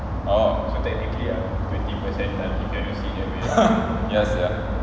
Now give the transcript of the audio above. orh ya sia